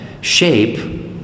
shape